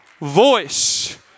voice